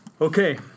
Okay